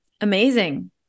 Amazing